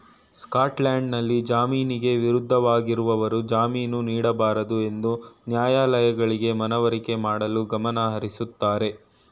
ಸ್ಕಾಟ್ಲ್ಯಾಂಡ್ನಲ್ಲಿ ಜಾಮೀನಿಗೆ ವಿರುದ್ಧವಾಗಿರುವವರು ಜಾಮೀನು ನೀಡಬಾರದುಎಂದು ನ್ಯಾಯಾಲಯಗಳಿಗೆ ಮನವರಿಕೆ ಮಾಡಲು ಗಮನಹರಿಸುತ್ತಾರೆ